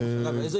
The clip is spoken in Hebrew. מה שיהיה.